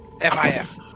F-I-F